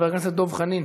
חבר הכנסת דב חנין.